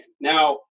Now